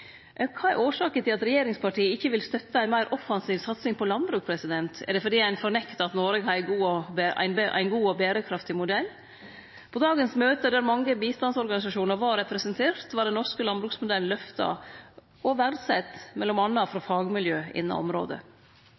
Kva er årsaka til at regjeringspartia ikkje vil støtte ei meir offensiv satsing på landbruk? Er det fordi ein fornektar at Noreg har ein god og berekraftig modell? På dagens møte, der mange bistandsorganisasjonar var representerte, var den norske landbruksmodellen løfta og verdsett – m.a. frå fagmiljø innan området.